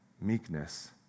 meekness